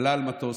עלה על מטוס,